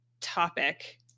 topic